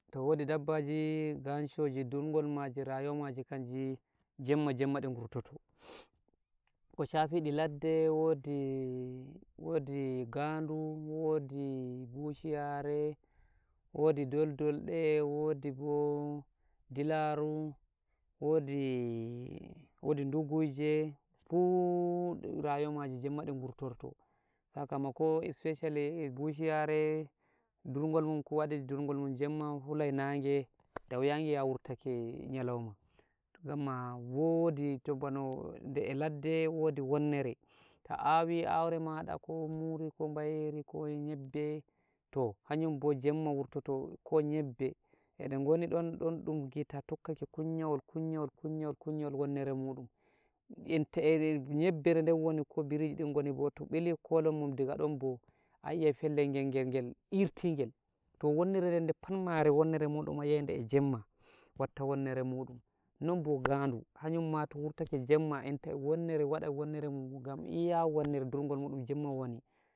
To wodi dabbaji ganshoji durngol maji rayuwa maji kanji jemma-jemma ɗi ngurtoto ko shafi ɗi ladde wodi wodi gandu wodi bushiyare wodi doldolɗe wodi bo dilaru wodii-wodi duguje fuu rayuwa maji jemma di ngurtorto sakamako, especially e bushiyare durngol mum ko wadi durngol mun jemma hulai nange dawuya ngi'a wurtake nyaloma toh ganma wodi to bano e ladde wodi wonnere ta awi aure maɗa ko muri ko bayeri ko e nyeɓɓe to hayunbo jemma wurtoto ko nyebbe eɗe ngonidon ɗonɗun gita tokkake kunyawol-kunyawol kunyawol-kunyawol wonnere mudum enta ede nyebbere den woni ko biriji din ngodi to bili kolonmum diga ɗumbo ayi'ai pellel ngel-ngel irtigel to wonnere den depammare wonnere mudum ayi'ai de jemma watta wonnere mudum non bo gandu hanunma to wurtake jemma enta e wonnere waɗa wonnere muɗum gam iya wonnere durngol muɗum jemma woni.